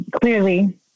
clearly